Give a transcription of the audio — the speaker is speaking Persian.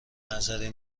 نظری